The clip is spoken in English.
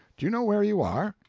do you know where you are?